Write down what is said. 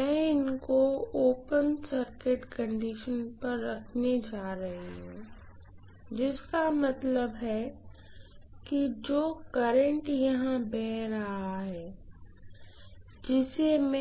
मैं इनको open circuit condition पर रखने जा रही हूँ जिसका मतलब है कि जो करंट यहां बह रहा है जिसे मैं